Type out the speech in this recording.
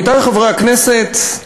עמיתי חברי הכנסת,